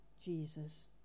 Jesus